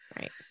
Right